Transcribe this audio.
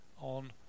on